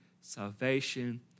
salvation